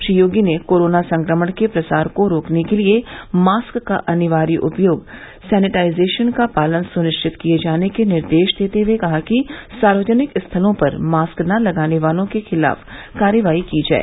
श्री योगी ने कोरोना संक्रमण के प्रसार को रोकने के लिए मास्क का अनिवार्य उपयोग सेनेटाइजेशन का पालन सुनिश्चित किये जाने के निर्देश देते हुए कहा कि सार्वजनिक स्थलों पर मास्क न लगाने वालों के खिलाफ कार्रवाई की जाय